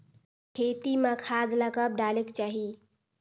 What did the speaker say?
खेती म खाद ला कब डालेक चाही?